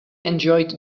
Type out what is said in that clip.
enjoyed